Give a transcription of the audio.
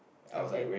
okay